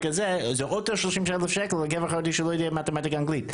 אז אותו 30 אלף שקל לגבר חרדי שלא יודע מתמטיקה אנגלית.